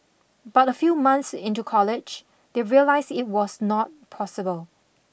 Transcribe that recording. but a few months into college they realised it was not possible